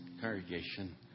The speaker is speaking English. congregation